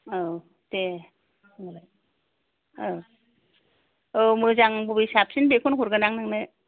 औ दे ओ औ मोजां बबे साबसिन बेखौनो हरगोन आं नोंनो